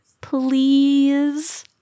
Please